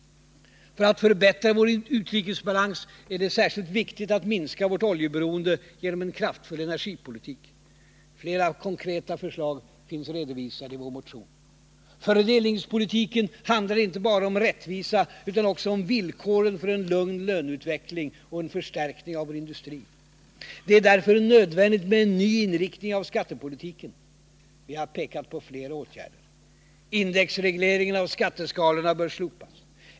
För att förbättra vår utrikesbalans är det särskilt viktigt att minska vårt oljeberoende genom en kraftfull energipolitik. Flera konkreta förslag finns redovisade i vår motion. Fördelningspolitiken handlar inte bara om rättvisa utan också om villkoren för en lugn löneutveckling och en stärkning av vår industri. Det är därför nödvändigt med en ny inriktning av skattepolitiken. Vi har pekat på flera åtgärder. Indexregleringen av skatteskalorna bör slopas.